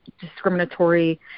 discriminatory